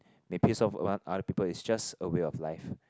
may pace off other people is just a way of life